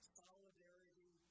solidarity